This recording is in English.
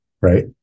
right